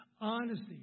Honesty